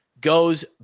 goes